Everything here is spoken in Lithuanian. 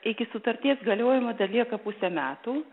iki sutarties galiojimo dar lieka pusę metų